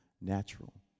natural